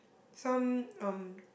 some um